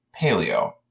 paleo